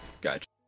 gotcha